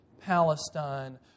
Palestine